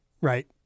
right